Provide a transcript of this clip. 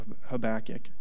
Habakkuk